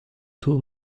two